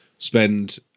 spend